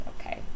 Okay